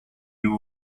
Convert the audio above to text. you